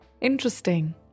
interesting